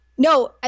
No